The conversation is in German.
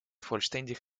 vollständig